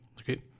okay